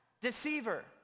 deceiver